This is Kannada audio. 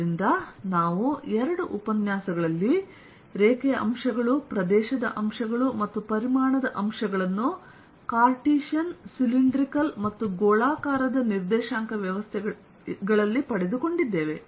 ಆದ್ದರಿಂದ ನಾವು 2 ಉಪನ್ಯಾಸಗಳಲ್ಲಿ ರೇಖೆಯ ಅಂಶಗಳು ಪ್ರದೇಶದ ಅಂಶಗಳು ಮತ್ತುಪರಿಮಾಣದ ಅಂಶಗಳನ್ನು ಕಾರ್ಟೇಶಿಯನ್ ಸಿಲಿಂಡ್ರಿಕಲ್ ಮತ್ತು ಗೋಳಾಕಾರದ ನಿರ್ದೇಶಾಂಕ ವ್ಯವಸ್ಥೆಗಳಲ್ಲಿ ಪಡೆದುಕೊಂಡಿದ್ದೇವೆ